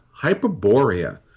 Hyperborea